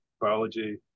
biology